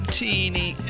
teeny